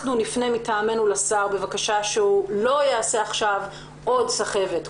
אנחנו נפנה מטעמנו לשר בבקשה שהוא לא יעשה עכשיו עוד סחבת,